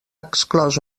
exclòs